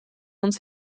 uns